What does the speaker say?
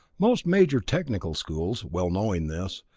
most major technical schools, well knowing this,